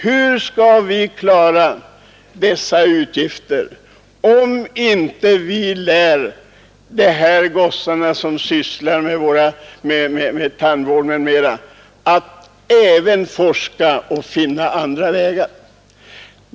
Hur skall vi klara utgifterna i samband därmed om vi inte lär de här gossarna som sysslar med tandvård m.m. att även forska och finna andra vägar?